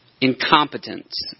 incompetence